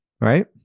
Right